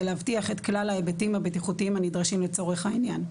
להבטיח את כלל ההיבטים הבטיחותיים הנדרשים לצורך העניין.